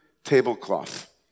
tablecloth